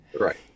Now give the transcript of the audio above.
Right